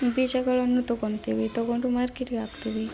ಬೀಜಗಳನ್ನು ತಗೊತಿವಿ ತಗೊಂಡು ಮಾರ್ಕೆಟಿಗೆ ಹಾಕ್ತಿವಿ